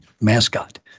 mascot